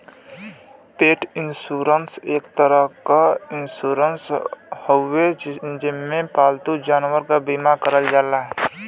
पेट इन्शुरन्स एक तरे क इन्शुरन्स हउवे जेमन पालतू जानवरन क बीमा करल जाला